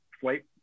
flight